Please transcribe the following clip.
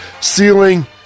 Ceiling